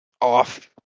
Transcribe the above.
off